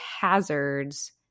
hazards